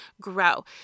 grow